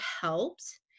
helped